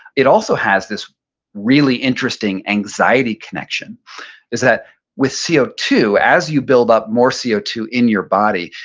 it also has this really interesting anxiety connection is that with c o two, as you build up more c o two in your body,